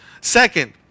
Second